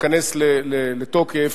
תיכנס לתוקף